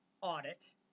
audit